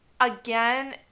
again